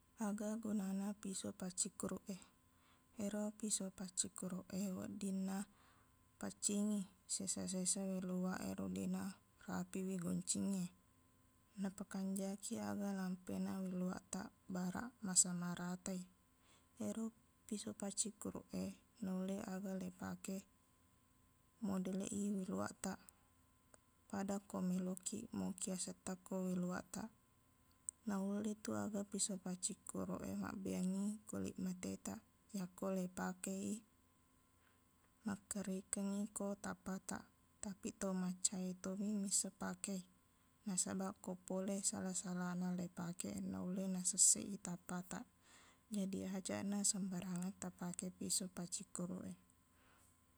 Aga gunana piso paccikkuruq e ero piso paccikkuruq e weddinna paccingngi sesa-sesa weiluwaq e ro deqna rapiwi goncingnge napakanjaki aga lampeqna weiluwaqtaq baraq masama rata i ero piso paccikkuruq e nulle aga leipake modeleq i weiluwattaq pada ko melokkiq moki asettaq ko weiluwattaq naulletu aga piso paccikkuruq e mabbeyangngi kulit matetaq yakko leipakei makkerrikeng ko tappataq tapiq tomacca e tommi misseng pakei nasabaq ko pole sala-salana leipake naulle nasesseq i tappataq jadi ajaqna sembarangan tapake piso paccikkuruq e